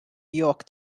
york